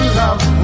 love